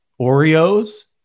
Oreos